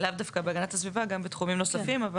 לאו דווקא בהגנת הסביבה אלא גם בתחומים נוספים.